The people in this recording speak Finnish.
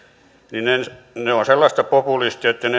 niin ne ovat sellaista populismia etten